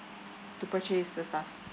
to purchase the stuff